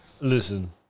Listen